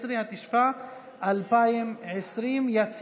11), התשפ"א 2020, לקריאה שנייה ושלישית.